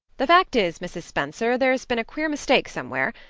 the fact is, mrs. spencer, there's been a queer mistake somewhere,